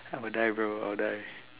I will die bro I will die